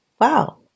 wow